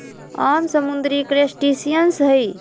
आम समुद्री क्रस्टेशियंस हई